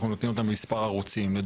שוב,